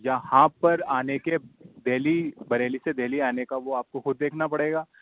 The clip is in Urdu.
یہاں پر آنے کے دہلی بریلی سے دہلی آنے کا وہ آپ کو خود دیکھنا پڑے گا